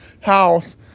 house